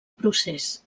procés